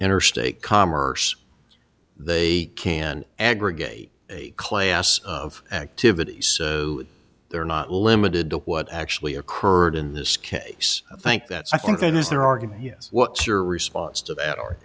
interstate commerce they can aggregate a clay s of activities they're not limited to what actually occurred in this case i think that's i think that is their argument what's your response to that or